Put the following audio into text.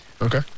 Okay